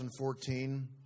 2014